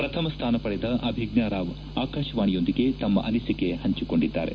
ಪ್ರಥಮ ಸ್ವಾನ ಪಡೆದ ಅಭಿಜ್ಞಾ ರಾವ್ ಆಕಾಶವಾಣಿಯೊಂದಿಗೆ ತಮ್ಮ ಅನಿಸಿಕೆ ಹಂಚಿಕೊಂಡಿದ್ದಾರೆ